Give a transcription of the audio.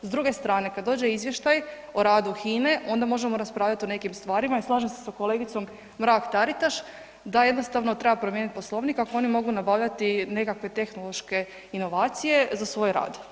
S druge strane kada dođe izvještaj o radu HINA-e onda možemo raspravljati o nekim stvarima i slažem se sa kolegicom Mrak Taritaš da jednostavno treba promijeniti poslovnik, ako oni mogu nabavljati nekakve tehnološke inovacije za svoj rad.